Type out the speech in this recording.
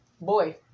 Boy